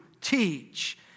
teach